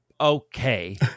okay